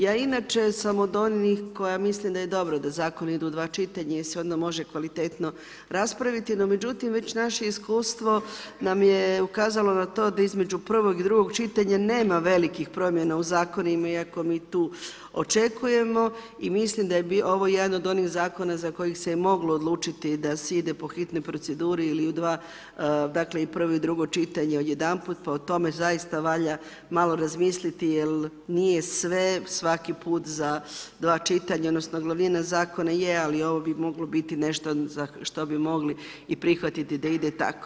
Ja inače sam od onih koja misli da je dobro da zakon ide u dva čitanja jer se onda može kvalitetno raspraviti, no međutim već naše iskustvo nam je ukazalo na to da između prvog i drugog čitanja nema velikih promjena u zakonima, iako mi tu očekujemo i mislim da je ovo jedan od onih zakona za koji se i moglo odlučiti da se ide po hitnoj proceduri ili u dva, dakle prvo i drugo čitanje odjedanput, pa o tome zaista valja malo razmisliti jer nije sve svaki put za dva čitanja, odnosno glavnina zakona je, ali ovo bi moglo biti nešto za što bi mogli i prihvatiti da ide tako.